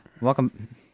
welcome